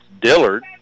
Dillard